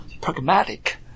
pragmatic